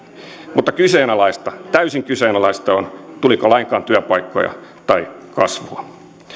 mutta kyseenalaista täysin kyseenalaista on tuliko lainkaan työpaikkoja tai kasvua